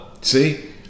see